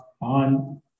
on